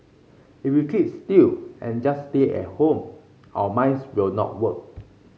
if we keep still and just stay at home our minds will not work